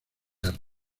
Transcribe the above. arte